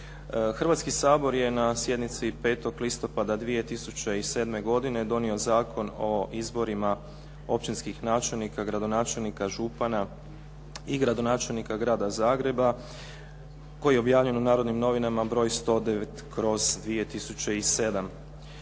Hrvatski sabor je na sjednici 5. listopada 2007. godine donio Zakon o izborima općinskih načelnika, gradonačelnika, župana i gradonačelnika Grada Zagreba koji je objavljen u “Narodnim novinama“ br. 109/2007.